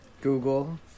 Google